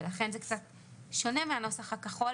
לכן זה קצת שונה מן הנוסח הכחול.